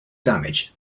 damage